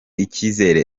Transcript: icyizere